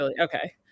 Okay